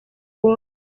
wundi